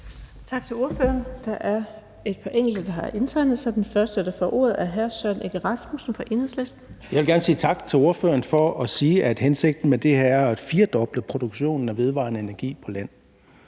Tak til ordføreren. Der et par enkelte, der har indtegnet sig. Den første, der får ordet, er hr. Søren Egge Rasmussen fra Enhedslisten. Kl. 19:19 Søren Egge Rasmussen (EL): Jeg vil gerne sige tak til ordføreren for at sige, at hensigten med det her er at firdoble produktionen af vedvarende energi på land,